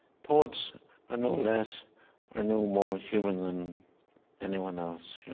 poets are no less or no more human than anyone else.